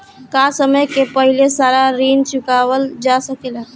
का समय से पहले सारा ऋण चुकावल जा सकेला?